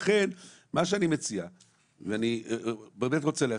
לכן אני רוצה להציע,